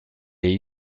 est